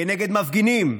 כנגד מפגינים,